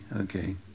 okay